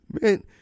man